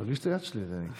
תרגיש את היד שלי, אני קופא.